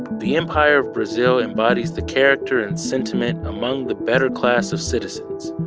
the empire of brazil embodies the character and sentiment among the better class of citizens,